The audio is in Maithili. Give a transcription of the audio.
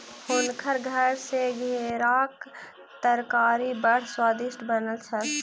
हुनकर घर मे घेराक तरकारी बड़ स्वादिष्ट बनल छल